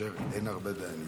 כאשר אין הרבה דיינים,